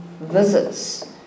visits